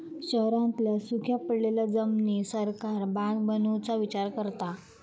शहरांतल्या सुख्या पडलेल्या जमिनीर सरकार बाग बनवुचा विचार करता